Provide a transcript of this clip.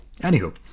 Anywho